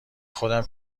خودم